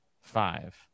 five